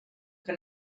que